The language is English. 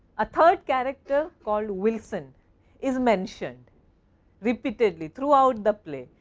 a third character called wilson is mentioned repeatedly throughout the play.